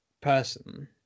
person